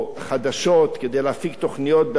כדי להפיק תוכניות ברמה כל כך גבוהה.